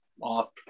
off